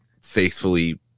faithfully